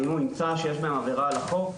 ואם הוא יצא שיש בהם עבירה על החוק,